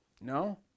No